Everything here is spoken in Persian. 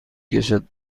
کشد